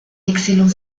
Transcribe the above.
excellent